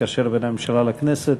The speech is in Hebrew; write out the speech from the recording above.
המקשר בין הממשלה לכנסת,